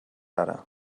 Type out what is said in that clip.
ara